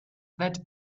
that